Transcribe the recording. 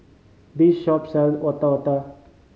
this shop sells Otak Otak